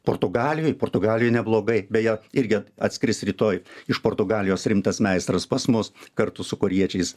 portugalijoj portugalijoja neblogai beje irgi atskris rytoj iš portugalijos rimtas meistras pas mus kartu su korėjiečiais